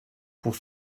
pour